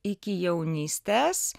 iki jaunystes